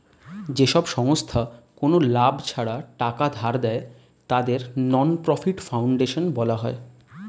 যেসব সংস্থা কোনো লাভ ছাড়া টাকা ধার দেয়, তাদেরকে নন প্রফিট ফাউন্ডেশন বলা হয়